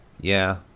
Yeah